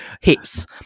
Hits